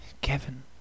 Kevin